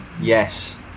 Yes